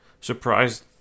surprised